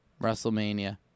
WrestleMania